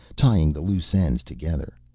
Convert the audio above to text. tying the loose ends together.